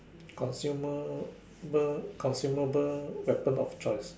consumable consumable weapon of choice